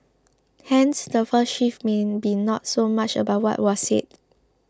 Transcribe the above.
hence the first shift mean may be not so much about what was said